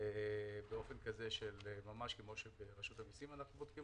כמו שבודקים ברשות המיסים.